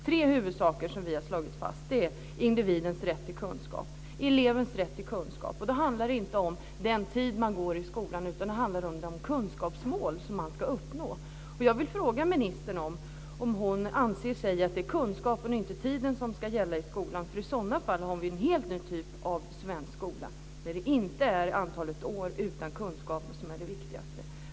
Tre saker har vi slagit fast. En är individens rätt till kunskap, elevens rätt till kunskap. Det handlar inte om den tid man går i skolan, utan om de kunskapsmål man ska uppnå. Jag vill fråga ministern om hon anser att det är kunskap och inte tid som ska gälla i skolan. I sådana fall har vi en helt ny typ av svensk skola där det inte är antalet år utan kunskapen som är det viktigaste.